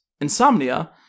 Insomnia